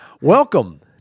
Welcome